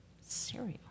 Cereal